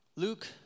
Luke